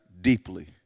deeply